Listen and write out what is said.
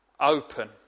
open